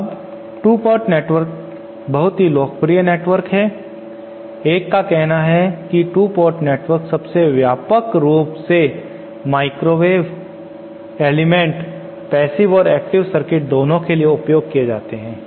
अब 2 port network बहुत ही लोकप्रिय नेटवर्क है एक का कहना है कि 2 पोर्ट नेटवर्क सबसे व्यापक रूप से माइक्रोवेव घटक पैसिव और एक्टिव सर्किट दोनों के लिए उपयोग किए जाते हैं